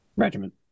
Regiment